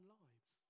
lives